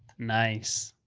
nice.